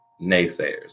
naysayers